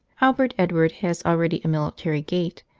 albert edward has already a military gait,